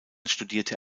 studierte